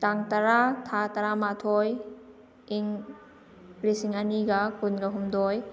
ꯇꯥꯡ ꯇꯔꯥ ꯊꯥ ꯇꯔꯥꯃꯥꯊꯣꯏ ꯏꯪ ꯂꯤꯁꯤꯡ ꯑꯅꯤꯒ ꯀꯨꯟꯒ ꯍꯨꯝꯗꯣꯏ